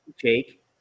Jake